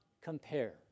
compare